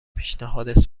پیشنهاد